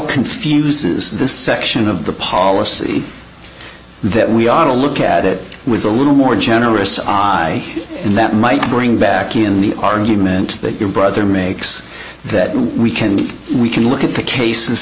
confuses this section of the policy that we are to look at it with a little more generous eye and that might bring back in the argument that your brother makes that we can we can look at the cases